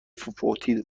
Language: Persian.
فوتی